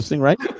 right